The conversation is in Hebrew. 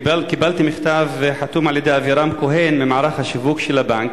קיבלתי מכתב החתום על-ידי אבירם כהן ממערך השיווק של הבנק,